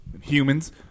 Humans